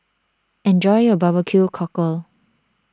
enjoy your BBQ Cockle